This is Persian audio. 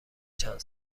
چند